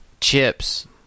chips